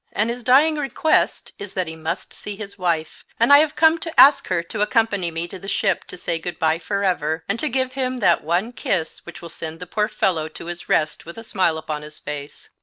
and his dying request is that he must see his wife, and i have come to ask her to accompany me to the ship to say good-bye for ever, and to give him that one kiss which will send the poor fellow to his rest with a smile upon his face.